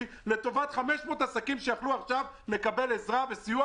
לטובת 500 עסקים שיכלו עכשיו לקבל עזרה וסיוע.